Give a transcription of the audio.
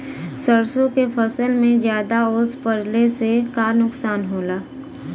सरसों के फसल मे ज्यादा ओस पड़ले से का नुकसान होला?